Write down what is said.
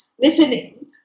listening